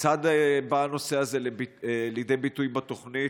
כיצד בא הנושא הזה לידי ביטוי בתוכנית,